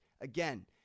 Again